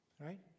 Right